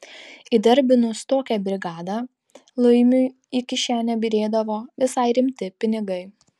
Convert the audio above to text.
įdarbinus tokią brigadą laimiui į kišenę byrėdavo visai rimti pinigai